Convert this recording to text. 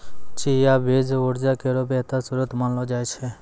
चिया बीज उर्जा केरो बेहतर श्रोत मानलो जाय छै